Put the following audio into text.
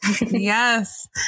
Yes